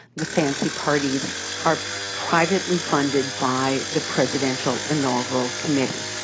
the fancy parties are privately funded by the presidential inaugural committee.